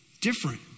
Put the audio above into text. different